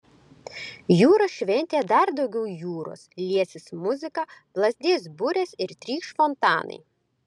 jūros šventėje dar daugiau jūros liesis muzika plazdės burės ir trykš fontanai